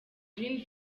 green